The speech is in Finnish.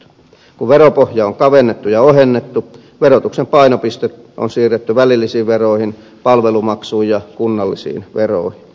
kun veropohjaa on kavennettu ja ohennettu verotuksen painopiste on siirretty välillisiin veroihin palvelumaksuun ja kunnallisiin veroihin